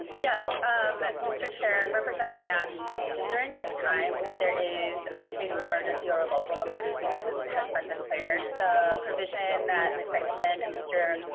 yeah mister chair represent nash during this. time when there is a state of emergency our local emergency that has has and the claire's the provision that mistakes and mr.